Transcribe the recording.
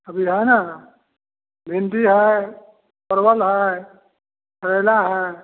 अभी हैं न भिंडी है परवल है करेला है